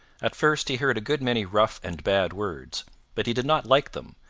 at first, he heard a good many rough and bad words but he did not like them,